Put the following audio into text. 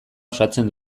osatzen